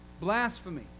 Blasphemy